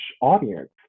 audience